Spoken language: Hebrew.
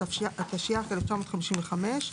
התשי"-1955.